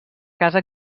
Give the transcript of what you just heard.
casa